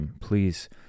please